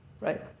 Right